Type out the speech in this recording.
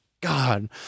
god